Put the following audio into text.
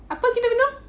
apa kita minum